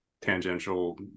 tangential